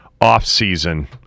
off-season